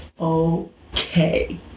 okay